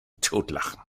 totlachen